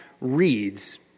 reads